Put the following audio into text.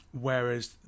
whereas